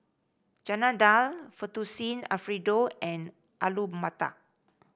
Chana Dal Fettuccine Alfredo and Alu Matar